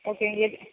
ஓகேங்க